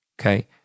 Okay